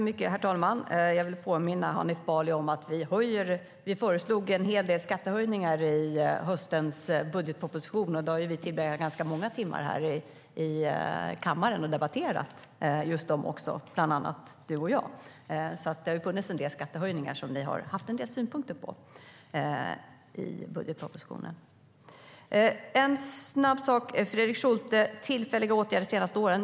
Herr talman! Jag vill påminna Hanif Bali om att vi föreslog en hel del skattehöjningar i höstens budgetproposition. Vi, bland andra du och jag, har tillbringat ganska många timmar här i kammaren med att debattera just dessa. Det har alltså funnits en del skattehöjningar i budgetpropositionen som ni har haft en del synpunkter på. Jag ska säga en snabb sak till Fredrik Schulte. Det handlar om tillfälliga åtgärder under de senaste åren.